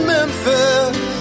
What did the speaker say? Memphis